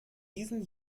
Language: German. diesen